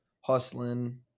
hustling